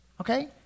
okay